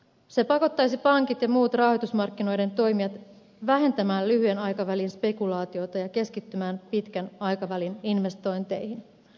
se pakottaisi pankit ja muut rahoitusmarkkinoiden toimijat vähentämään lyhyen aikavälin spekulaatioita ja keskittymään pitkän aikavälin investointeihin